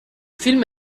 film